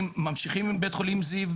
ממשיכים עם בית חולים זיו,